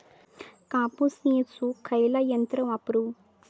कापूस येचुक खयला यंत्र वापरू?